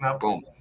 Boom